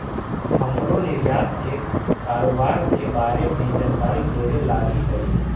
हमरो निर्यात के कारोबार के बारे में जानकारी लेबे लागी हई